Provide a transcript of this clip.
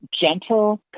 gentle